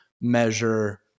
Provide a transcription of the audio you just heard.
measure